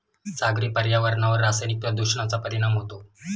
सागरी पर्यावरणावर रासायनिक प्रदूषणाचा परिणाम होतो